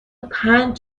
پنج